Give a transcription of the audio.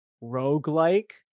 rogue-like